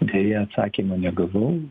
deja atsakymo negavau